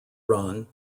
run